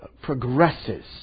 progresses